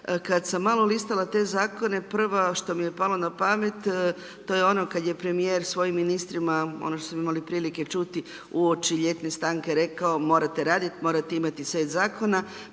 Kad sam malo listala te zakone, prvo što mi je palo na pamet, to je ono kad je premijer svojim ministrima ono što smo imali prilike čuti uoči ljetne stanke rekao, morate raditi, morate imat set zakona,